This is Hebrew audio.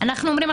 אנחנו אומרים,